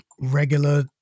regular